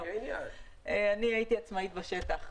אני הייתי עצמאית בשטח.